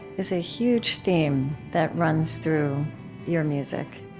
is a huge theme that runs through your music,